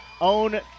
own